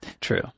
True